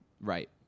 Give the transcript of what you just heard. Right